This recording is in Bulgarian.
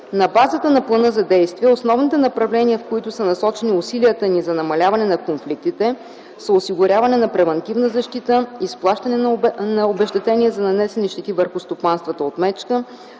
На базата на плана за действие основните направления, в които са насочени усилията ни за намаляване на конфликтите са осигуряване на превантивна защита, изплащане на обезщетения за нанесени щети върху стопанствата от мечка,